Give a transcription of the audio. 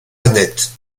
annette